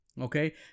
Okay